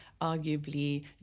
arguably